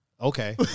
okay